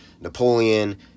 Napoleon